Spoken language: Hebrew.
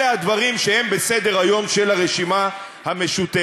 אלה הדברים שהם בסדר-היום של הרשימה המשותפת.